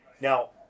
Now